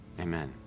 Amen